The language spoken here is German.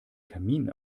kamin